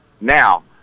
Now